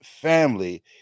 family